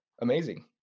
amazing